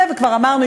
וכבר אמרנו,